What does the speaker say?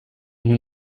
nous